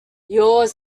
yours